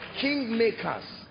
kingmakers